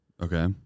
Okay